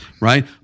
right